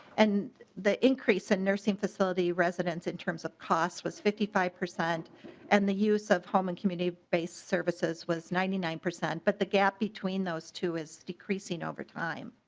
and the increase in nursing facility residents in terms of cost was fifty five percent and the use of home and committee-based services was ninety nine percent but the gap between those is decreasing over time.